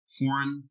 foreign